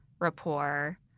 rapport